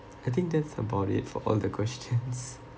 I think that's about it for all the questions